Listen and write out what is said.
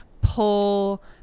pull